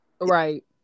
right